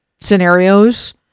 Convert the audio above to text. scenarios